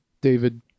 David